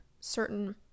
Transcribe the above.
certain